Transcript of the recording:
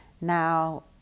Now